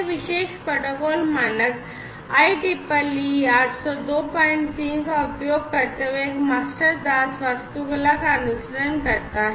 तो यह विशेष प्रोटोकॉल मानक IEEE 8023 का उपयोग करते हुए एक मास्टर दास वास्तुकला का अनुसरण करता है